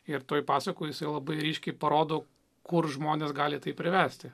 ir toj pasakoj labai ryškiai parodo kur žmones gali tai privesti